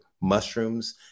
mushrooms